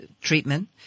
treatment